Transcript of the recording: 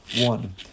one